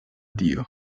dio